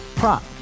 prop